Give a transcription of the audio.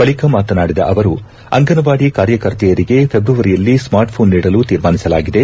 ಬಳಿಕ ಮಾತನಾಡಿದ ಅವರು ಅಂಗನವಾಡಿ ಕಾರ್ಯಕರ್ತೆಯರಿಗೆ ಫೆಬ್ರವರಿಯಲ್ಲಿ ಸ್ನಾರ್ಟ್ ಪೋನ್ ನೀಡಲು ತೀರ್ಮಾನಿಸಲಾಗಿದೆ